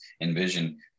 envision